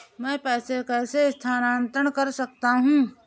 मैं पैसे कैसे स्थानांतरण कर सकता हूँ?